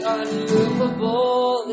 unmovable